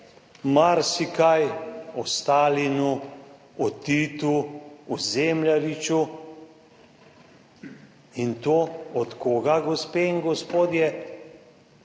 marsikaj o Stalinu, o Titu, o Zemljariču in to od koga, gospe in gospodje?